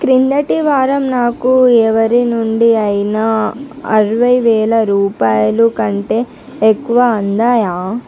క్రిందటి వారం నాకు ఎవరి నుండి అయినా అరవై వేల రూపాయల కంటే ఎక్కువ అందాయా